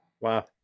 Wow